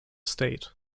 state